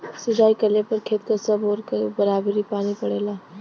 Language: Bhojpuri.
सिंचाई कइले पर खेत क सब ओर एक बराबर पानी पड़ेला